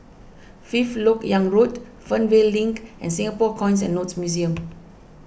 Fifth Lok Yang Road Fernvale Link and Singapore Coins and Notes Museum